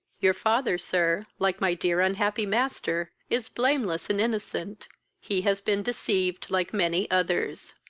your father, sir, like my dear unhappy master, is blameless and innocent he has been deceived like many others.